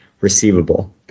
receivable